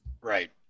Right